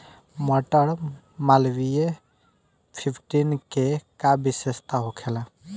मटर मालवीय फिफ्टीन के का विशेषता होखेला?